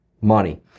money